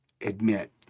admit